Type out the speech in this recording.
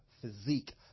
physique